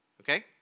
Okay